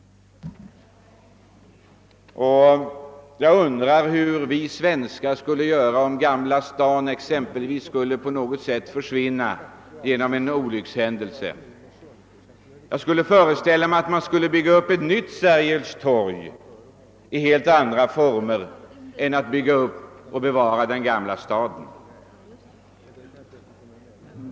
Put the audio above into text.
Jag undrar hur vi svenskar skulle göra om exempelvis Gamla stan skulle försvinna genom någon olyckshändel se. Jag föreställer mig att vi skulle bygga upp ett nytt Sergels torg i stället för att försöka återställa Gamla stan i dess ursprungliga skick.